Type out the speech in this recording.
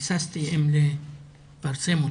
היססתי אם לפרסם אותו,